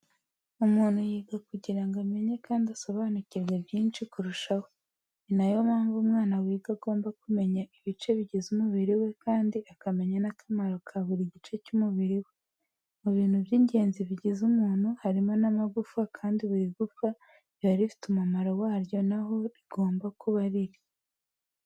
Umuntu yiga kugira ngo amenye kandi asobanukirwe byinshi kurushaho, ni na yo mpamvu umwana wiga agomba kumenya ibice bigize umubiri we kandi akamenya n'akamaro ka buri gice cy'umubiri we. Mu bintu by'ingenzi bigize umuntu harimo n'amagufa kandi buri gufa riba rifite umumaro waryo naho rigomba kuba riri.